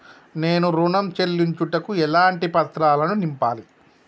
నేను ఋణం చెల్లించుటకు ఎలాంటి పత్రాలను నింపాలి?